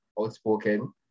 outspoken